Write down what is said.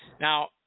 now